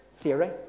theory